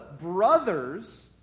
brothers